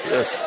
Yes